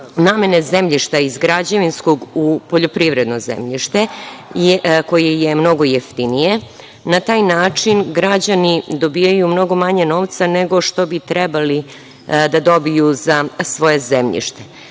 namene zemljišta iz građevinskog u poljoprivredno zemljište, koja je mnogo jeftinije, i na taj način građani dobijaju mnogo manje novca, nego što bi trebali da dobiju za svoje zemljište. Znači,